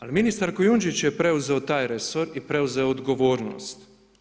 Al ministar Kujundžić je preuzeo taj resor i preuzeo odgovornost.